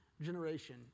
generation